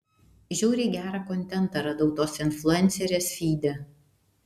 žiauriai gerą kontentą radau tos influencerės fyde